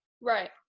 Right